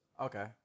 Okay